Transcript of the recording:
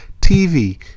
TV